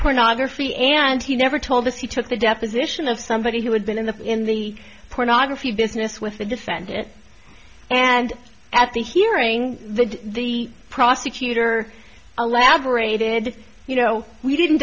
pornography and he never told us he took the deposition of somebody who had been in the in the pornography business with the defend it and at the hearing the prosecutor a lab or a did you know we didn't